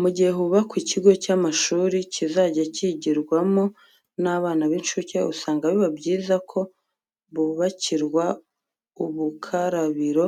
Mu gihe hubakwa ikigo cy'amashuri kizajya cyigirwamo n'abana b'incuke usanga biba byiza ko bubakirwa ubukarabiro